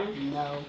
No